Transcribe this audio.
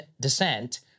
descent